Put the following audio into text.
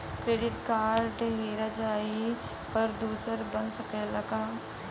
Debit card हेरा जइले पर दूसर बन सकत ह का?